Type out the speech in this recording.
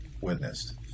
witnessed